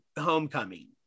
Homecoming